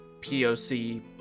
POC